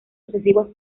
sucesivos